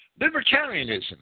Libertarianism